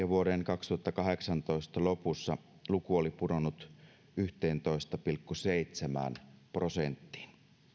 vuoden kaksituhattakahdeksantoista lopussa luku oli pudonnut yhteentoista pilkku seitsemään prosenttiin